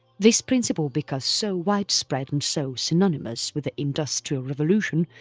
this principle because so widespread and so synonymous with the industrial revolution,